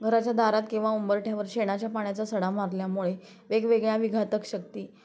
घराच्या दारात किंवा उंबरठ्यावर शेणाच्या पाण्याचा सडा मारल्यामुळे वेगवेगळ्या विघातक शक्ती